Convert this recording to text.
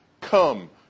come